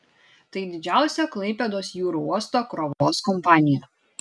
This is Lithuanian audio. tai didžiausia klaipėdos jūrų uosto krovos kompanija